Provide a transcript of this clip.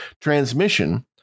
transmission